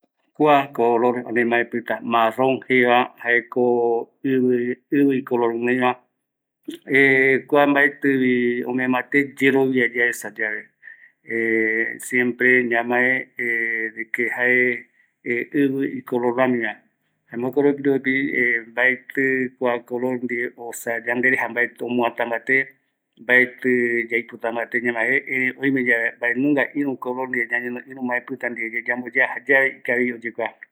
Kua ipiraka, maëpïtä marron jeisupeva, jaeko ivi icolor guinoiva, kua mbaetïvi ome mbate yerovia yaesayave, siempre ñamae de que jae ivi icolor rämiva, jaema jokoropi mbaeti kua color ndive mbaetï yandereja omuätä mbate, mbaetï yaipota mbate ñamae jeje, erei oime yave ïrü color ndive ñañono, ïru color ndive, maëpïta ndive tamboyea jayave ikavi oyekua.